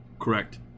Correct